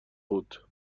بود